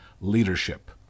leadership